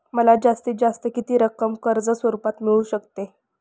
मला जास्तीत जास्त किती रक्कम कर्ज स्वरूपात मिळू शकते?